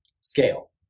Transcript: scale